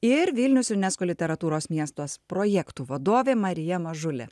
ir vilniaus unesko literatūros miestuos projektų vadovė marija mažulė